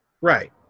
Right